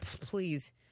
please